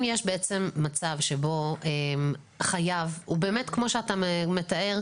אם יש מצב שבו חייב הוא באמת כמו שאתה מתאר,